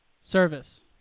service